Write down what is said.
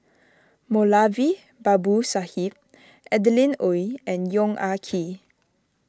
Moulavi Babu Sahib Adeline Ooi and Yong Ah Kee